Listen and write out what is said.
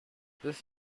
this